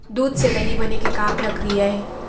दूध से दही बने के का प्रक्रिया हे?